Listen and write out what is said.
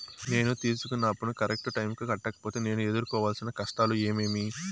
నేను తీసుకున్న అప్పును కరెక్టు టైముకి కట్టకపోతే నేను ఎదురుకోవాల్సిన కష్టాలు ఏమీమి?